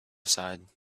side